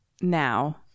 now